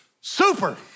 super